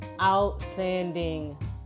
outstanding